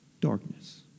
darkness